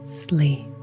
sleep